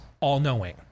all-knowing